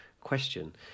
question